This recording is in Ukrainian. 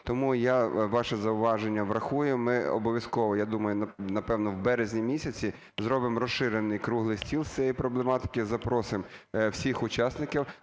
Тому я ваше зауваження врахую. Ми обов'язково, я думаю, напевно, в березні місяці зробимо розширений круглий стіл з цієї проблематики, запросимо всіх учасників.